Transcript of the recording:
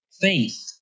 faith